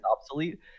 obsolete